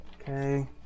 Okay